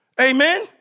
Amen